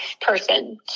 person